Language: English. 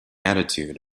attitude